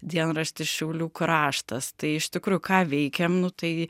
dienraštis šiaulių kraštas tai iš tikrųjų ką veikėm nu tai